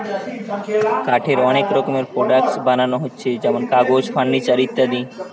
কাঠের অনেক রকমের প্রোডাক্টস বানানা হচ্ছে যেমন কাগজ, ফার্নিচার ইত্যাদি